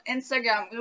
Instagram